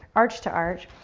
arch to arch,